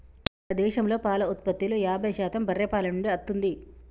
మన దేశంలో పాల ఉత్పత్తిలో యాభై శాతం బర్రే పాల నుండే అత్తుంది